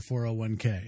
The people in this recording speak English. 401k